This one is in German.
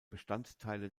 bestandteile